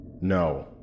No